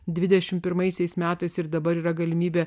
dvidešim pirmaisiais metais ir dabar yra galimybė